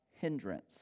hindrance